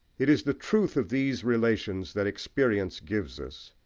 it is the truth of these relations that experience gives us,